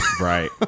Right